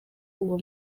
uwo